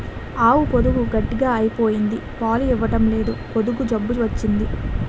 ఆవు పొదుగు గట్టిగ అయిపోయింది పాలు ఇవ్వడంలేదు పొదుగు జబ్బు వచ్చింది